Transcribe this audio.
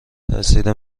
تاثیر